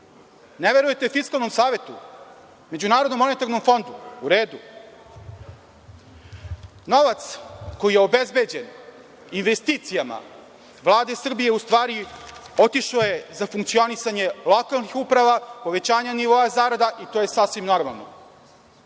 Ne verujete Fiskalnom savetu? Međunarodnom monetarnom fondu? U redu. Novac koji je obezbeđen investicijama Vlade Srbije u stvari je otišao za funkcionisanje lokalnih uprava, povećanje nivoa zarada i to je sasvim normalno.